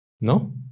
No